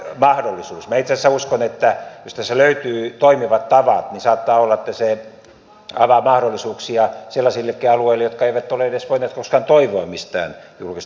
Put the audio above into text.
minä itse asiassa uskon että jos tässä löytyy toimivat tavat niin saattaa olla että se avaa mahdollisuuksia sellaisillekin alueille jotka eivät ole edes voineet koskaan toivoa mitään julkista joukkoliikennetukea